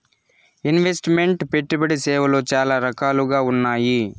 invest meant పెట్టుబడి సేవలు చాలా రకాలుగా ఉన్నాయి